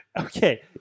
Okay